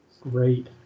Great